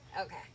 Okay